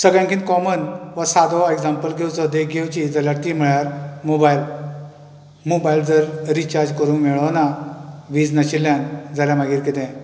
सगळ्यांकीत common वा सादो example घेवचो वा देख घेवची ती म्हळ्यार मोबायल मोबायल जर रिचार्ज करूंक मेळूंक ना वीज नाशिल्यान जाल्यार मागीर कितें